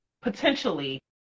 potentially –